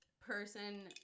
person